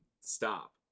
stop